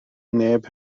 neb